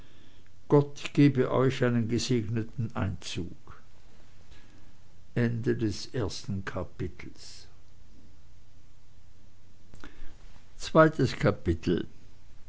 gott gebe euch einen gesegneten einzug